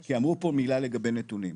כי אמרו פה מילה לגבי נתונים,